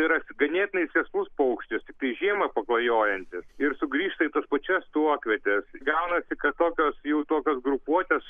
ir ganėtinai sėslus paukštis tiktai žiemą paklajojantis ir sugrįžta į tas pačias tuokvietes gaunasi kad tokios jau tokios grupuotės